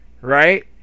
right